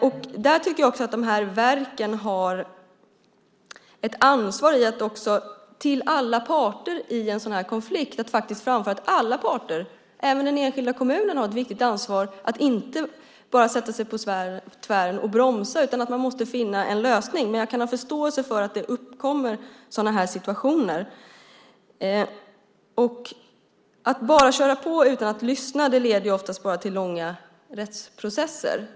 Jag tycker också att de här verken har ett ansvar för att till alla parter i en sådan här konflikt framföra att alla parter, även den enskilda kommunen, har ett viktigt ansvar, att de inte bara kan sätta sig på tvären och bromsa utan måste finna en lösning. Men jag kan ha förståelse för att det uppkommer sådana här situationer. Att bara köra på utan att lyssna leder oftast bara till långa rättsprocesser.